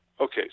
Okay